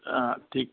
हां ठीकु